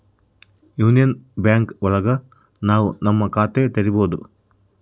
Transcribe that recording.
union bank ಒಳಗ ನಾವ್ ನಮ್ ಖಾತೆ ತೆರಿಬೋದು